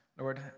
Lord